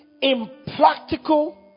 impractical